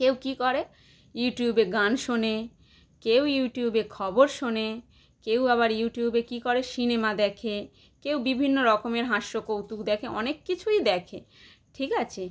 কেউ কী করে ইউটিউবে গান শোনে কেউ ইউটিউবে খবর শোনে কেউ আবার ইউটিউবে কী করে সিনেমা দেখে কেউ বিভিন্ন রকমের হাস্যকৌতুক দেখে অনেক কিছুই দেখে ঠিক আছে